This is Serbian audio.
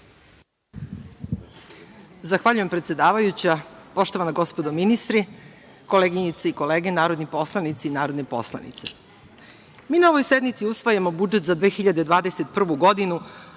Zahvaljujem predsedavajuća, poštovana gospodo ministri, koleginice i kolege narodni poslanici i narodne poslanice, mi na ovoj sednici usvajamo budžet za 2021. godinu,